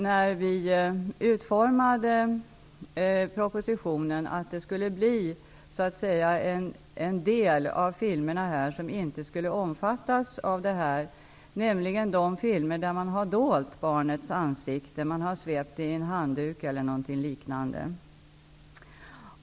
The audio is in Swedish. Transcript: När vi utformade propositionen insåg vi att en del av filmerna inte skulle omfattas av lagändringen, nämligen de filmer där barnets ansikte har varit dolt -- det har varit insvept i en handduk eller något liknande.